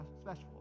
special